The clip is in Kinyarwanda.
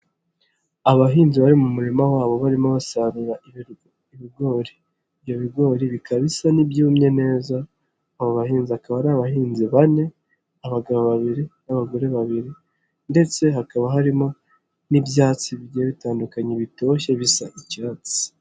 Abahinzi bari mu murima wabo barimo basarura ibigori. Ibyo bigori bikaba bisa n'ibyumye neza, abo bahinzi akaba ari abahinzi bane abagabo babiri, n'abagore babiri ndetse hakaba harimo n'ibyatsi bigiye bitandukanye bitoshye bisa icyatsi.